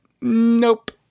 nope